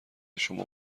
شما